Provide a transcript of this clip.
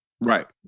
Right